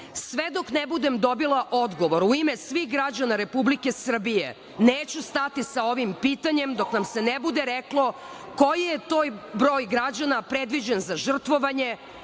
dok ne budem dobila odgovor u ime svih građana Republike Srbije neću stati sa ovim pitanjem dok nam se ne bude reklo koji je to broj građana predviđen za žrtvovanje,